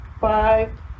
five